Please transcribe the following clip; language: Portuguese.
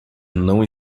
não